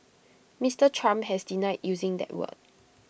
Mister Trump has denied using that word